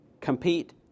compete